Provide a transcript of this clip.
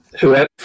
whoever